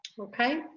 okay